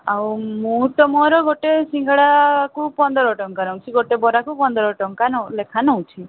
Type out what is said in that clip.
ଆଉ ମୁଁ ତ ମୋର ଗୋଟେ ସିଙ୍ଗଡ଼ାକୁ ପନ୍ଦର ଟଙ୍କା ନେଉଛି ଗୋଟେ ବରାକୁ ପନ୍ଦର ଟଙ୍କା ଲେଖା ନେଉଛି